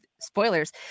spoilers